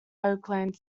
oakland